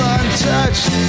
untouched